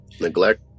Neglect